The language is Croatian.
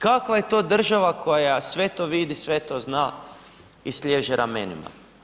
Kakva je to država koja sve to vidi, sve to zna i sliježe ramenima?